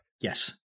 Yes